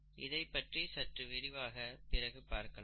இதைப் பற்றி சற்று விரிவாக பிறகு பார்க்கலாம்